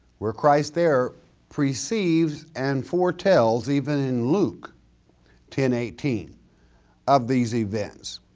where christ there perceives and foretells even in luke ten eighteen of these events.